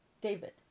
David